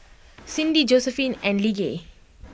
Cindi Josephine and Lige